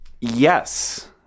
Yes